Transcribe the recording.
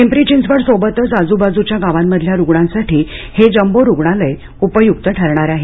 पिंपरी चिंचवड सोबतच आज्बाजूच्या गावांमधल्या रुग्णांसाठी हे जम्बो रुग्णालय उपयुक्त ठरणार आहे